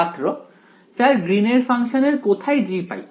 ছাত্র sir Green এর ফাংশনের কোথায় G পাই